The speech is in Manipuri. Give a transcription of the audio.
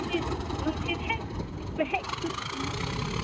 ꯅꯨꯡꯁꯤꯠ ꯍꯦꯛ ꯁꯤꯠꯄ ꯍꯦꯛ ꯃꯨꯠꯂꯦꯅꯦ